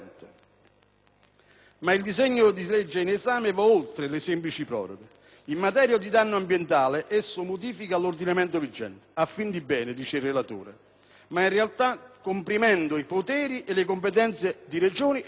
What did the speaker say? Ma il disegno di legge in esame va oltre le semplici proroghe. In materia di danno ambientale esso modifica l'ordinamento vigente, a fin di bene, dice il relatore, ma in realtà comprimendo i poteri e le competenze di Regioni ed enti locali.